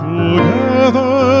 Together